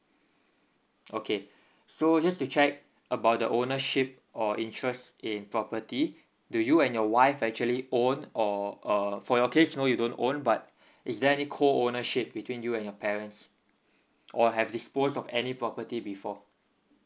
okay so just to check about the ownership or interest in property do you and your wife actually own or uh for your case no you don't own but is there any co ownership between you and your parents or have disposed of any property before